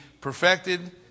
perfected